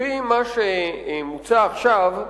לפי מה שמוצע עכשיו,